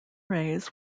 rays